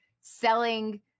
selling